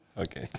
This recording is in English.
Okay